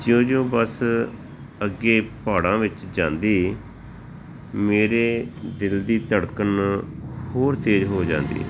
ਜਿਉਂ ਜਿਉਂ ਬਸ ਅੱਗੇ ਪਹਾੜਾਂ ਵਿੱਚ ਜਾਂਦੀ ਮੇਰੇ ਦਿਲ ਦੀ ਧੜਕਨ ਹੋਰ ਤੇਜ਼ ਹੋ ਜਾਂਦੀ